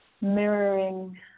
Mirroring